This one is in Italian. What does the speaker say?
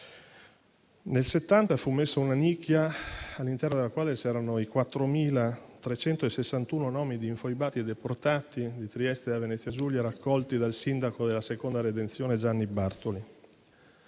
Nel 1970 fu posta una nicchia, all'interno della quale c'erano i 4.361 nomi di infoibati e deportati di Trieste e dalla Venezia Giulia, raccolti dal sindaco della seconda redenzione Gianni Bartoli.